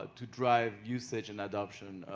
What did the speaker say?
to drive usage and adoption.